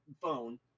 phone